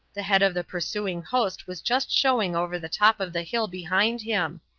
the head of the pursuing host was just showing over the top of the hill behind him.